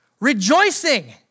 Rejoicing